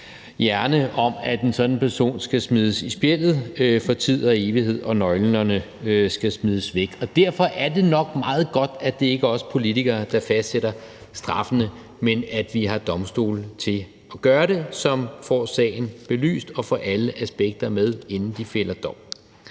hjerne om, at en sådan person skal smides i spjældet for tid og evighed og nøglerne skal smides væk. Og derfor er det nok meget godt, at det ikke er os politikere, der fastsætter straffene, men at vi har domstole til at gøre det. De får sagen belyst og får alle aspekter med, inden de fælder dom.